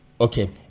okay